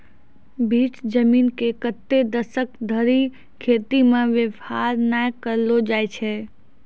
भीठ जमीन के कतै दसक धरि खेती मे वेवहार नै करलो जाय छै